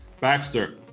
Baxter